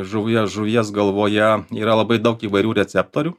žuvyje žuvies galvoje yra labai daug įvairių receptorių